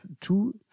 two